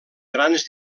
grans